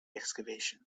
excavation